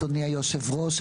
אדוני היושב-ראש.